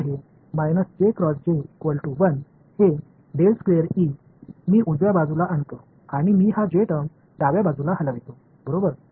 तर हे हे मी उजव्या बाजूला आणतो आणि मी हा J टर्म डाव्या बाजूला हलवितो बरोबर